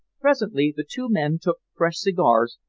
presently the two men took fresh cigars,